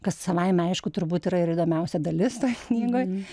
kas savaime aišku turbūt yra ir įdomiausia dalis toj knygoj